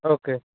okay